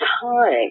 time